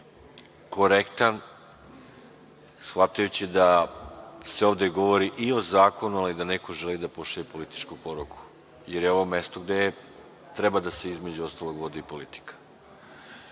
korektan, shvatajući da se ovde govori i o zakonu, ali i da neko želi da pošalje političku poruku jer je ovo mesto gde treba da se, između ostalog, vodi politika.